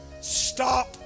Stop